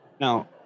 Now